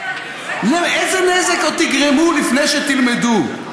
איזה נזק עוד תגרמו לפני שתלמדו?